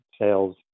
sales